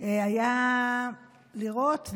היה לראות,